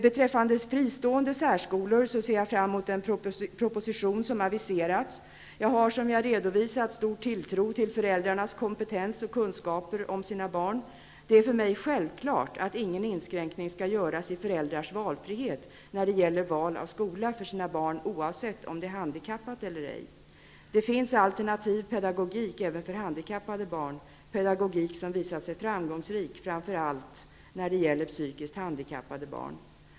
Beträffande fristående särskolor ser jag fram mot den proposition som har aviserats. Jag har, som jag också redovisat, stor tilltro till föräldrars kompetens att fatta beslut om sina barn och kunskap om sina barn. Det är för mig självklart att ingen inskränkning i föräldrars valfrihet skall göras när det gäller val av skola för deras barn, oavsett om det är handikappat eller ej. Det finns alternativ pedagogik även för handikappade barn, pedagogik som visat sig framgångsrik, framför allt när det gäller psykiskt handikappade barn.